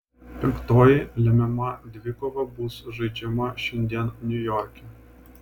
penktoji lemiama dvikova bus žaidžiama šiandien niujorke